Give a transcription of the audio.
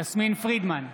פרידמן,